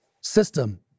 system